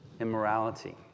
immorality